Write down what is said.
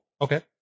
Okay